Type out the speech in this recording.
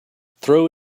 throw